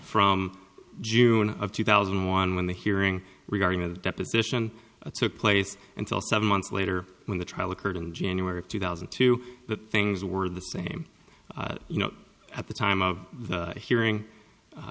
from june of two thousand and one when the hearing regarding the deposition took place until seven months later when the trial occurred in january of two thousand and two things were the same you know at the time of the hearing